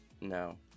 no